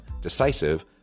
decisive